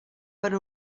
per